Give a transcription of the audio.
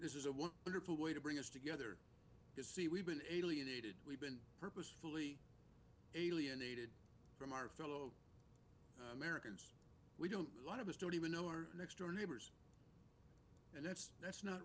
this is a wonderful way to bring us together to see we've been alienated we've been purposefully alienated from our fellow americans we don't lot of us don't even know our next door neighbors and that's that's not